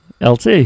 LT